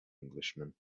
englishman